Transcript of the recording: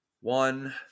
one